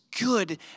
good